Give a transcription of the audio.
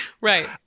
right